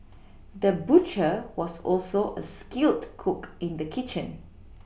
the butcher was also a skilled cook in the kitchen